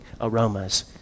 aromas